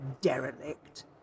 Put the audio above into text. derelict